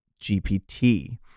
GPT